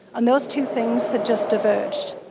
and those two things had just diverged.